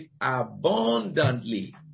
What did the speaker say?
abundantly